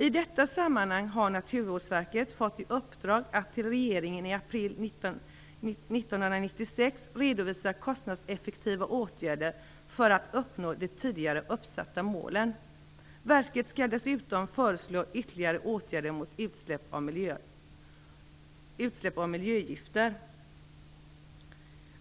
I detta sammanhang har Naturvårdsverket fått i uppdrag att till regeringen i april 1996 redovisa kostnadseffektiva åtgärder för att uppnå de tidigare uppsatta målen. Verket skall dessutom föreslå ytterligare åtgärder mot utsläpp av miljögifter.